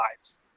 lives